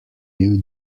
new